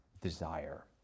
desire